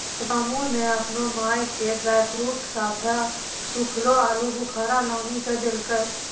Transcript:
रामू नॅ आपनो माय के ड्रायफ्रूट साथं सूखलो आलूबुखारा लानी क देलकै